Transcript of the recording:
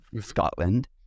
Scotland